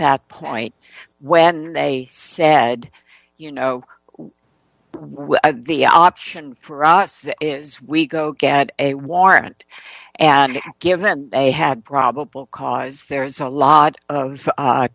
that point when they said you know well the option for us is we go get a warrant and given they had probable cause there's a lot of